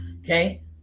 Okay